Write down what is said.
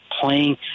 playing